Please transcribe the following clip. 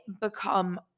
become